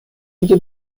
دیگه